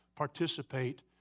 participate